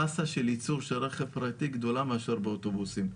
המסה של ייצור רכב פרטי גדולה מאשר של אוטובוסים.